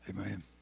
Amen